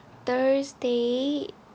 thursday